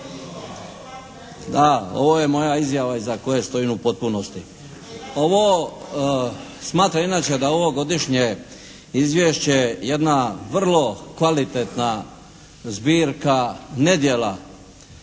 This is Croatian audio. Da. Ovo je moja izjava iza koje stojim u potpunosti. Ovo smatram inače da je ovo godišnje izvješće jedna vrlo kvalitetna zbirka nedjela